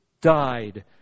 died